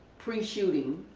pre shooting,